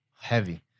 heavy